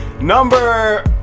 Number